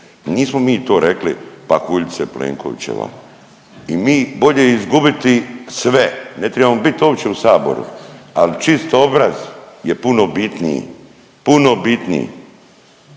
Nismo mi to rekli pahuljice Plenkovićeva. I mi, bolje je izgubiti sve, ne trebamo bit uopće u Saboru, ali čist obraz je puno bitniji, puno bitniji.